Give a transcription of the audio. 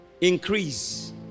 increase